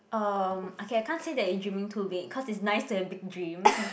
um okay I can't say that you dreaming too big cause it's nice to have big dreams